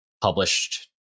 published